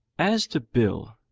as to bill,